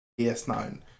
PS9